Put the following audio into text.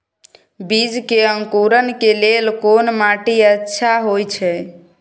बीज के अंकुरण के लेल कोन माटी अच्छा होय छै?